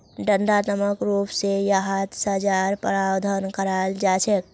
दण्डात्मक रूप स यहात सज़ार प्रावधान कराल जा छेक